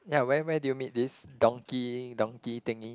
yeah where where did you meet this donkey donkey thingy